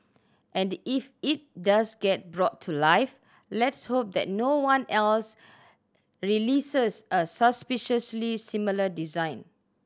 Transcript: and if it does get brought to life let's hope that no one else releases a suspiciously similar design